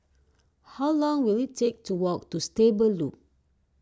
how long will it take to walk to Stable Loop